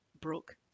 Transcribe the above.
Brooke